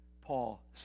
Paul